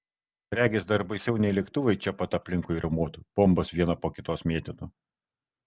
regis dar baisiau nei lėktuvai čia pat aplinkui riaumotų bombas vieną po kitos mėtytų